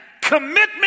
commitment